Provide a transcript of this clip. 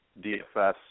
DFS